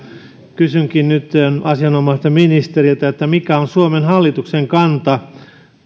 kysynkin nyt asianomaiselta ministeriltä mikä on suomen hallituksen kanta